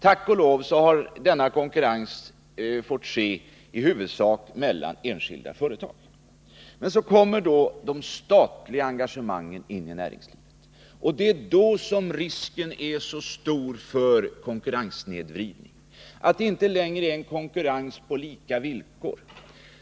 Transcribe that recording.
Tack och lov för att denna konkurrens i huvudsak har fått ske mellan enskilda företag. Men så kommer då det statliga engagemanget in i näringslivet, och det är då som risken är så stor för konkurrenssnedvridning som inte sker på lika villkor.